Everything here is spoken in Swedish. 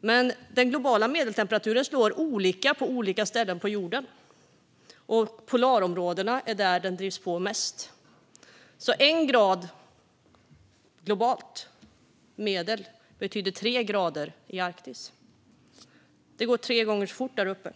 Men den globala medeltemperaturen slår olika på olika ställen på jorden. Och det är i polarområdena som temperaturen drivs på mest. En global medeltemperatur på 1 grad betyder 3 grader i Arktis. Det går tre gånger så fort där uppe.